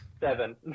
Seven